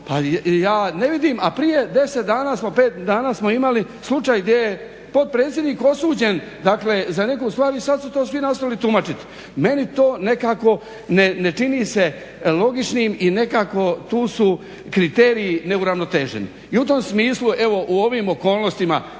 pa ja ne vidim, a prije 10 dana, 5 dana smo imali slučaj gdje je potpredsjednik osuđen dakle za neku stvar i sad su to svi nastavili tumačiti. Meni to nekako ne čini se logičnim i nekako tu su kriteriji neuravnoteženi. I u tom smislu evo u ovim okolnostima